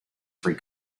free